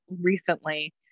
recently